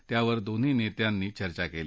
त्यावर दोन्ही नेत्यांनी चर्चा केली